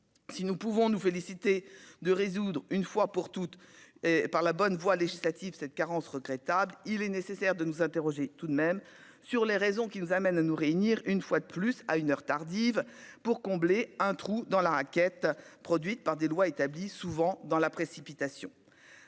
si nous pouvons nous féliciter de résoudre une fois pour toutes et par la bonne voie législative cette carence regrettable, il est nécessaire de nous interroger tout de même sur les raisons qui nous amènent à nous réunir, une fois de plus, à une heure tardive pour combler un trou dans la raquette, produite par des lois établies souvent dans la précipitation,